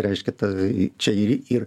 reiškia tai čia ir ir